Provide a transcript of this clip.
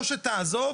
או שתעזוב,